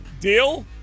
Deal